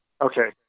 Okay